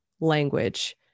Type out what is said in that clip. language